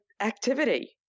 activity